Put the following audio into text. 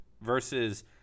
versus